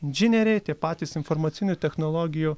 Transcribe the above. inžinieriai patys informacinių technologijų